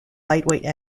lightweight